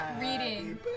reading